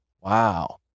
Wow